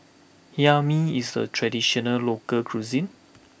Hae Mee is a traditional local cuisine